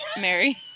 Mary